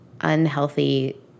unhealthy